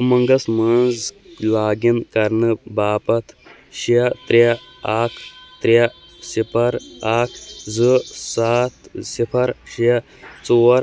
اُمنٛگس مَنٛز log in کرنہٕ باپتھ شےٚ ترٛےٚ اَکھ ترٛےٚ صِفَر اَکھ زٕ سَتھ صِفَر شےٚ ژور